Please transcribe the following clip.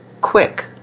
Quick